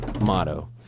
motto